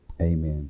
Amen